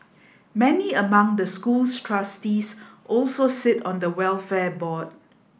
many among the school's trustees also sit on the welfare board